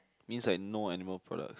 means like no animal products